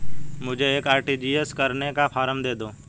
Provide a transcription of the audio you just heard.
मुझे एक आर.टी.जी.एस करने का फारम दे दो?